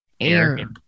air